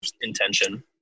intention